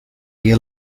you